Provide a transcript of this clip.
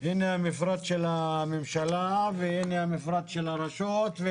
הנה המפרט של הממשלה והנה המפרט של הרשות.